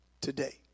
today